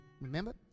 Remember